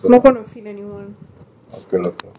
ya people who don't appreciate don't